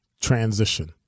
transition